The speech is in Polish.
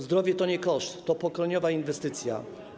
Zdrowie to nie koszt, to pokoleniowa inwestycja.